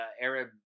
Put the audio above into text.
Arab